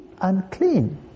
unclean